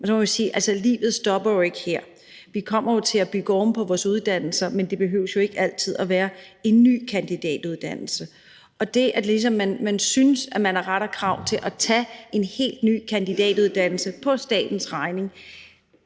man må sige, at livet jo ikke stopper her. Vi kommer jo til at bygge oven på vores uddannelser, men det behøver jo ikke altid at være en ny kandidatuddannelse. Det, at man ligesom synes, at man har ret til og krav på at tage en helt ny kandidatuddannelse på statens regning,